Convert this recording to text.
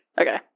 Okay